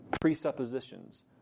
presuppositions